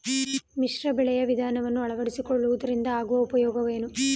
ಮಿಶ್ರ ಬೆಳೆಯ ವಿಧಾನವನ್ನು ಆಳವಡಿಸಿಕೊಳ್ಳುವುದರಿಂದ ಆಗುವ ಉಪಯೋಗವೇನು?